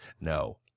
no